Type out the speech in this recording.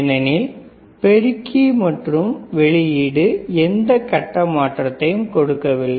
ஏனெனில் பெருக்கி மற்றும் வெளியீடு எந்த கட்ட மாற்றத்தையும் கொடுக்கவில்லை